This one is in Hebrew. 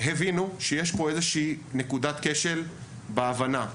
הבינו שיש פה איזושהי נקודת כשל בהבנה.